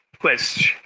quest